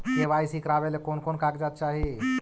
KYC करावे ले कोन कोन कागजात चाही?